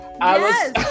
Yes